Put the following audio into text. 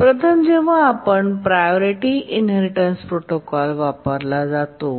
प्रथम जेव्हा आपण प्रायोरिटी इनहेरिटेन्स प्रोटोकॉल वापरला जातो